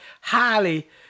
highly